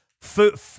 food